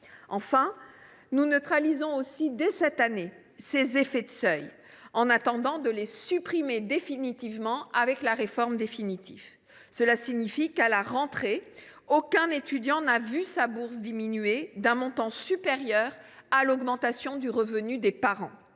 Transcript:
Enfin, nous neutralisons dès cette année les effets de seuils, en attendant de les supprimer définitivement. Cela signifie qu’à la rentrée aucun étudiant n’a vu sa bourse diminuer d’un montant supérieur à l’augmentation des revenus de ses parents.